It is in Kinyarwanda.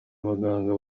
baganga